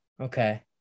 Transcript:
Okay